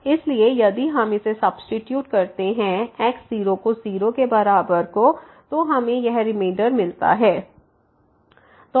fn1x0θx x0 इसलिए यदि हम इसे सब्सीट्यूट करते हैं x00 को तो हमें यह रिमाइंडर मिलता है Rnxxn1n1